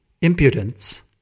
impudence